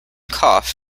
cough